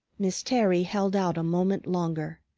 miss terry held out a moment longer.